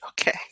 Okay